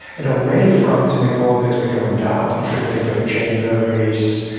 and on many fronts inequality has been going down. if you think of gender, race,